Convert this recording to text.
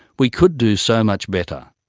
we could do so much better.